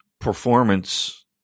performance